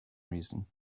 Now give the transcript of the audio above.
reason